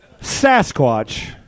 Sasquatch